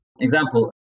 Example